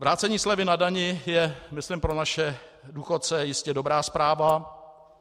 Vrácení slevy na dani je myslím pro naše důchodce jistě dobrá zpráva.